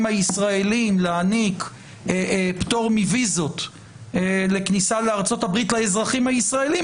הישראליים להעניק פטור מוויזות לכניסה לארצות הברית לאזרחים הישראליים,